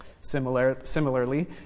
Similarly